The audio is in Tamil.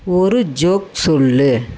ஒரு ஜோக் சொல்